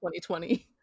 2020